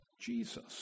Jesus